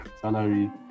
salary